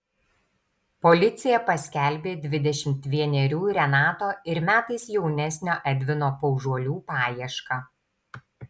policija paskelbė dvidešimt vienerių renato ir metais jaunesnio edvino paužuolių paiešką